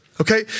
Okay